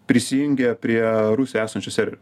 prisijungia prie rusijoj esančių serverių